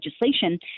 legislation